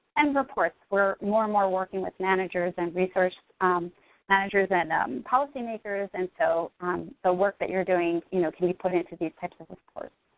and reports. we're more and more working with managers and resource managers and um policymakers, and so the um so work that you're doing you know can be put in to these types of reports.